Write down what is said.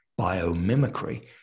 biomimicry